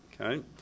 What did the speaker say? Okay